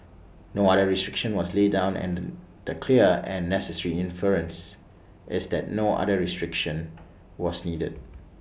no other restriction was laid down and the the clear and necessary inference is that no other restriction was needed